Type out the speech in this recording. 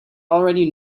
already